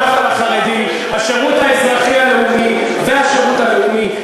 השירות האזרחי הלאומי והשירות הלאומי,